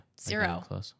Zero